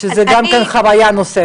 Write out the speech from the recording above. וזו עוד חוויה נוספת.